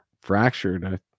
fractured